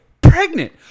pregnant